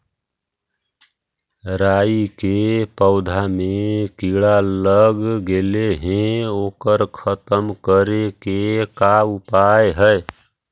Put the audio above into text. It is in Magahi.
राई के पौधा में किड़ा लग गेले हे ओकर खत्म करे के का उपाय है?